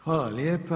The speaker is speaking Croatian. Hvala lijepa.